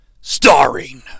starring